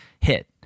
hit